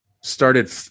started